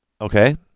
Okay